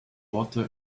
water